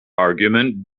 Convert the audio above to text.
argument